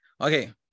Okay